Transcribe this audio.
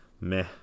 meh